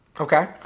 Okay